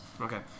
Okay